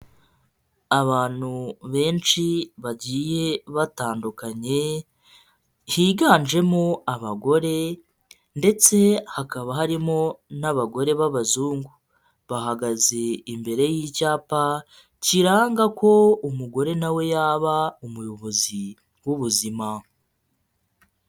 Abantu benshi bagiye batandukanye higanjemo abagore ndetse hakaba harimo n'abagore b'abazungu bahagaze imbere y'icyapa kiranga ko umugore nawe yaba umuyobozi w'ubuzima.